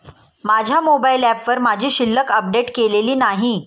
माझ्या मोबाइल ऍपवर माझी शिल्लक अपडेट केलेली नाही